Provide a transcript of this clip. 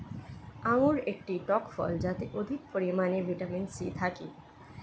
আঙুর একটি টক ফল যাতে অধিক পরিমাণে ভিটামিন সি থাকে